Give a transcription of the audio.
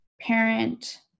parent